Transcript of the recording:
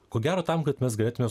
ko gero tam kad mes galėtume